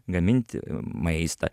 gaminti maistą